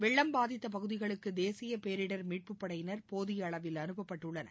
வெள்ளம் பாதித்த பகுதிகளுக்கு தேசிய பேரிடர் மீட்புப் படையினர் போதிய அளவில் அனுப்பப்பட்டுள்ளனர்